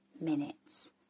minutes